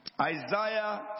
Isaiah